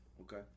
Okay